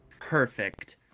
Perfect